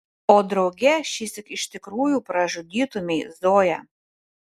o drauge šįsyk iš tikrųjų pražudytumei zoją